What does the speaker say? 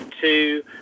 Two